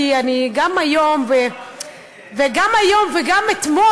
כי אני גם היום וגם אתמול,